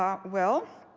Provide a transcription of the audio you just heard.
um well,